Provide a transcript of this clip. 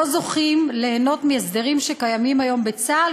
לא זוכים ליהנות מהסדרים שקיימים היום בצה"ל,